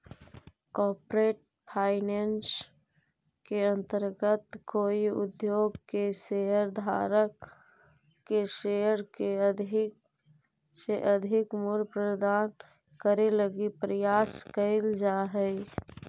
corporate finance के अंतर्गत कोई उद्योग के शेयर धारक के शेयर के अधिक से अधिक मूल्य प्रदान करे लगी प्रयास कैल जा हइ